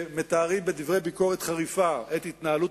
שמתארים בדברי ביקורת חריפה את התנהלות